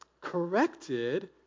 corrected